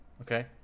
Okay